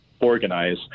Organize